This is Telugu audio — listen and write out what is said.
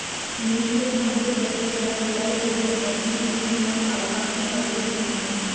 మ్యూచువల్ ఫండ్లు ప్రత్యేకంగా పిల్లల చదువులకోసం ఇన్వెస్ట్మెంట్ అవకాశం కల్పిత్తున్నయ్యి